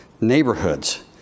neighborhoods